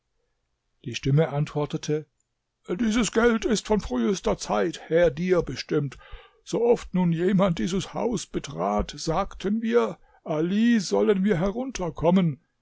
die stimme antwortete dieses geld ist von frühester zeit her dir bestimmt so oft nun jemand dieses haus betrat sagten wir ali sollen wir herunterkommen